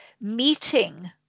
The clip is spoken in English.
meeting